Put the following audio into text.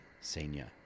senior